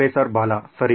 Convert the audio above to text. professor Bala ಸರಿ